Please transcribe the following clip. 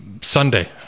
sunday